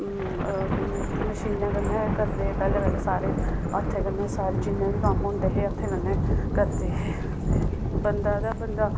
मशीनें कन्नै करदे हे पैह्लें पैह्लें सारे हत्थें कन्नै सारे जिन्ने बी कम्म होंदे हे हत्थें कन्नै करदे हे ते बंदा ते बंदा